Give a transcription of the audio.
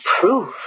proof